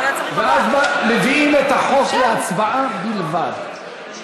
ואז מביאים את החוק להצבעה בלבד.